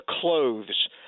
clothes